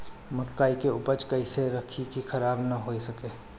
मकई के उपज कइसे रखी की खराब न हो सके?